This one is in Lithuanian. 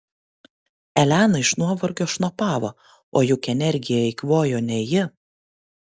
elena iš nuovargio šnopavo o juk energiją eikvojo ne ji